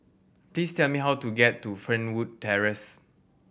please tell me how to get to Fernwood Terrace